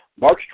March